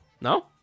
No